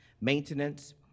maintenance